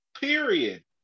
period